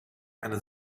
eine